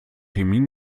termin